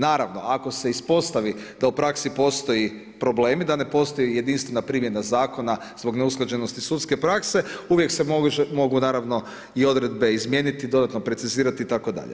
Naravno ako se ispostavi da u praksi postoje problemi, da ne postoji jedinstvena primjena zakona, zbog neusklađenosti sudske praske, uvijek se mogu naravno i odredbe izmijeniti, dodatno precizirati itd.